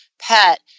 pet